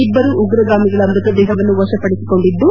ಇಬ್ಬರು ಉಗ್ರಗಾಮಿಗಳ ಮೃತದೇಹವನ್ನು ವರಪಡಿಸಿಕೊಂಡಿದ್ದು